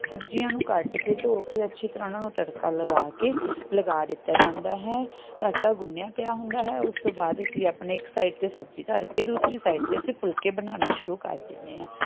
ਸਬਜ਼ੀਆਂ ਨੂੰ ਕੱਟ ਕੇ ਧੋ ਕੇ ਅੱਛੀ ਤਰ੍ਹਾਂ ਨਾਲ ਤੜਕਾ ਲਗਾ ਕੇ ਲਗਾ ਦਿੱਤਾ ਜਾਂਦਾ ਹੈ ਆਟਾ ਗੁੰਨਿਆ ਪਿਆ ਹੁੰਦਾ ਹੈ ਉਸ ਤੋਂ ਬਾਅਦ ਅਸੀਂ ਆਪਣੇ ਇੱਕ ਸਾਈਡ 'ਤੇ ਸਬਜ਼ੀ ਧਰ ਕੇ ਦੂਸਰੀ ਸਾਈਡ 'ਤੇ ਅਸੀਂ ਫੁਲਕੇ ਬਣਾਉਣਾ ਸ਼ੁਰੂ ਕਰ ਦਿੰਦੇ ਹਾਂ